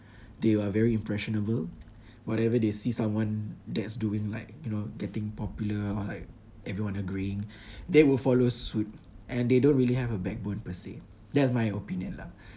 they are very impressionable whatever they see someone that's doing like you know getting popular or like everyone agreeing that will follow suit and they don't really have a backbone per se that's my opinion lah